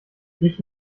ich